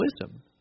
wisdom